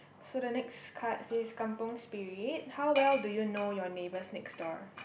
so the next card says kampung Spirit how well do you know your neighbours next door